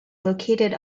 located